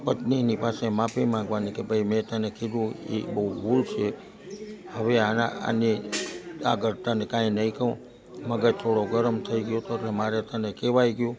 પત્નીની પાસે માફી માંગવાની કે ભાઈ મેં તને કીધું એ બહુ ભૂલ છે હવે આના આને આગળ તને કાંઇ નહીં કહું અને મગજ થોડું ગરમ થઈ ગયું હતું એટલે મારે તને કહેવાઈ ગયું